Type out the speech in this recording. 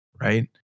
right